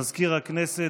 מזכיר הכנסת,